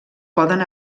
poden